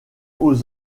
aux